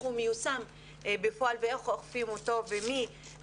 הוא מיושם בפועל ואיך אוכפים אותו ומי